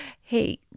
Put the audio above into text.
hey